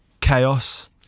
chaos